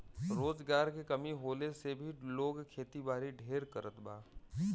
रोजगार के कमी होले से भी लोग खेतीबारी ढेर करत बा